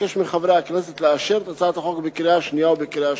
אבקש מחברי הכנסת לאשר את הצעת החוק בקריאה השנייה ובקריאה השלישית.